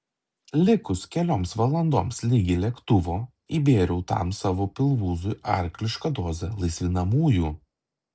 likus kelioms valandoms ligi lėktuvo įbėriau tam savo pilvūzui arklišką dozę laisvinamųjų